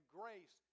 grace